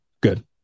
good